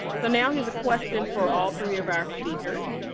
so now here's a question for all three of our speakers.